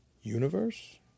universe